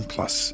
Plus